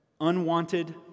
Unwanted